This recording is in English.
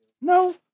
No